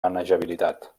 manejabilitat